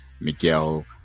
Miguel